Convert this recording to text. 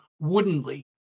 woodenly